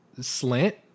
slant